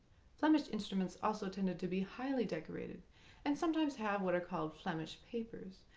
flemish instruments also tended to be highly decorated and sometimes have what are called flemish papers,